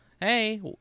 Hey